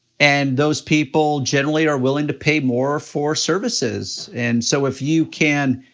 and those people generally are willing to pay more for services, and so if you can,